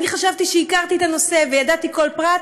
שאני חשבתי שהכרתי את הנושא וידעתי כל פרט,